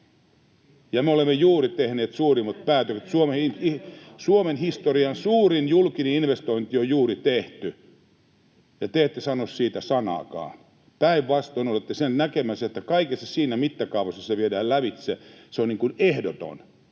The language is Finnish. Me olemme juuri tehneet suurimmat päätökset. Suomen historian suurin julkinen investointi on juuri tehty, ja te ette sano siitä sanaakaan. Päinvastoin, olette sen näkemässä, että kaikessa siinä mittakaavassa se viedään lävitse. Se on niin kuin ehdoton,